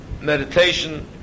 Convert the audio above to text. meditation